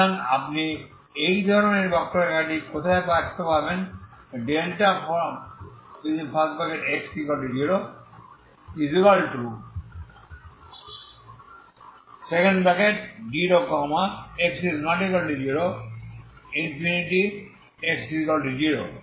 সুতরাং আপনি এই ধরনের বক্ররেখাটি কোথায় দেখতে পান যদি x0 x≠0 ∞ x0